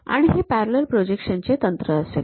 आणि हे parallel projection चे तंत्र असेल